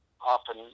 often